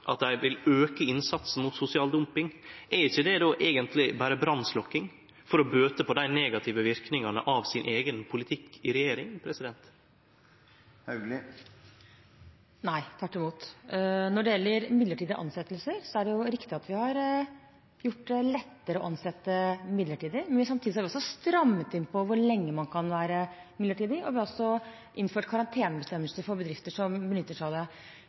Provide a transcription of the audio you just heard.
at dei vil auke innsatsen mot sosial dumping, er ikkje det då eigentleg berre brannsløkking for å bøte på dei negative verknadene av sin eigen politikk i regjering? Nei, tvert imot. Når det gjelder midlertidige ansettelser, er det riktig at vi har gjort det lettere å ansette midlertidig, men samtidig har vi strammet inn på hvor lenge man kan være midlertidig ansatt. Vi har også innført karantenebestemmelser for bedrifter som